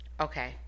Okay